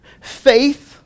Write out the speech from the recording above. Faith